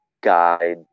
guide